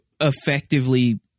effectively